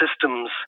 systems